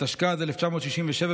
התשכ"ז 1967,